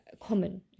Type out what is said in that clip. Common